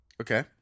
Okay